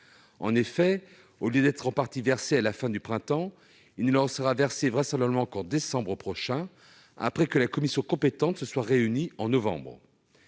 En effet, au lieu d'être en partie versé à la fin du printemps, il ne le sera vraisemblablement qu'en décembre prochain, après que la commission compétente se sera réunie en novembre.